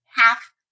half